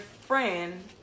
friend